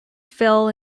fell